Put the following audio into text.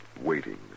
waiting